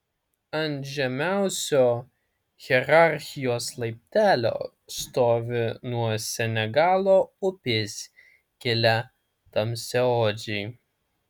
ant žemiausio hierarchijos laiptelio stovi nuo senegalo upės kilę tamsiaodžiai